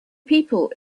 people